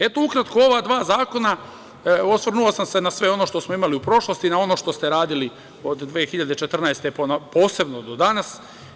Eto, ukratko, ova dva zakona, osvrnuo sam se na sve ono što smo imali u prošlosti, na ono što ste radili od 2014. godine posebno do danas.